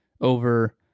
over